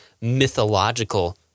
mythological